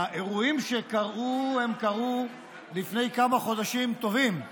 האירועים שקרו קרו לפני כמה חודשים טובים.